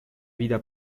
vida